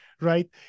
right